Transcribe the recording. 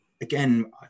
again